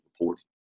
reporting